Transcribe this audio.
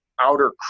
outer